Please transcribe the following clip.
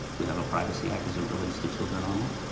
we have a privacy act as it relates to children online.